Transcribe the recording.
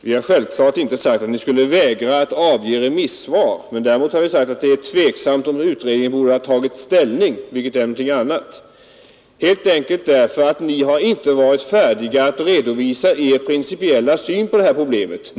Vi har självfallet inte sagt att ni borde vägra att avge remissvar. Däremot har vi sagt att det är ”tveksamt om utredningen borde ha tagit ställning”, vilket är något annat. Detta beror helt enkelt på att ni inte varit färdiga att redovisa er principiella syn på detta problem.